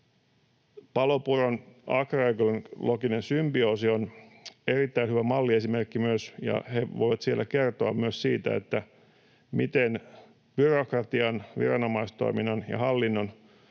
Palopuron agroekologinen symbioosi on myös erittäin hyvä malliesimerkki, ja he voivat siellä kertoa myös siitä, miten byrokratia, viranomaistoiminta ja hallinto